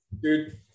Dude